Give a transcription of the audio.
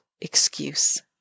excuse